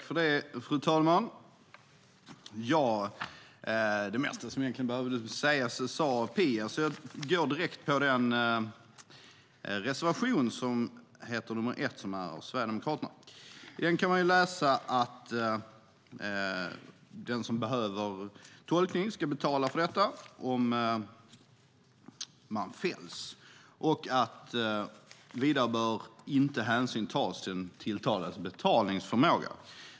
Fru talman! Det mesta som behöver sägas har Pia Hallström sagt, och jag går därför direkt till reservation nr 1 från Sverigedemokraterna. I den kan man läsa att den person som behöver tolkning ska betala för detta, om personen fälls, och vidare att hänsyn inte bör tas till den tilltalades betalningsförmåga.